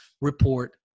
report